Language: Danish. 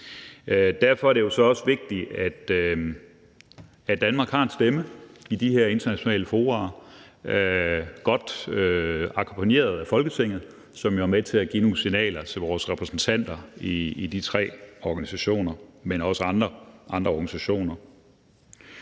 Derfor er det jo så også vigtigt, at Danmark har en stemme i de her internationale fora, godt akkompagneret af Folketinget, som er med til at give nogle signaler til vores repræsentanter i de tre organisationer, men også andre organisationer.